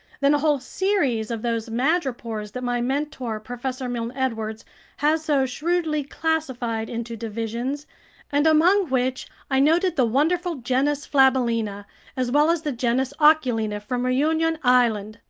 then a whole series of those madrepores that my mentor professor milne-edwards has so shrewdly classified into divisions and among which i noted the wonderful genus flabellina as well as the genus oculina from reunion island,